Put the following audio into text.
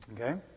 Okay